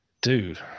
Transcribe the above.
dude